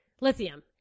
lithium